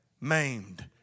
maimed